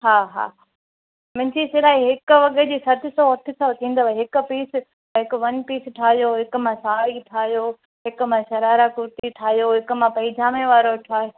म्जीघिं सिलाई हिकु वॻे जी सत सौ अठ सौ थींदव हिकु पीस हिकु वन पीस ठाहियो हिकु मां साड़ी ठाहियो हिकु मां शरारा कुर्ती ठाहियो हिकु मां पइजामे वारो ठाहियो